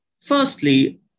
Firstly